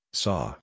saw